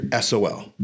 SOL